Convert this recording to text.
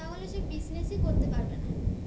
তাহলে সে বিজনেসই করতে পারবে না